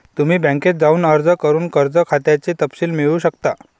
तुम्ही बँकेत जाऊन अर्ज करून कर्ज खात्याचे तपशील मिळवू शकता